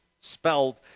spelled